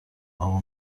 اقا